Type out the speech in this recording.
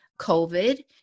COVID